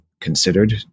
considered